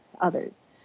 others